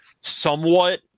somewhat